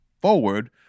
forward